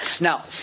Now